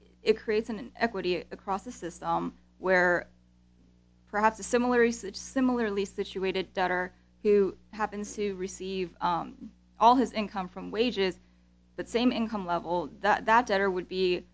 it creates an equity across the system where perhaps a similar research similarly situated daughter who happens to receive all his income from wages that same income level that better would be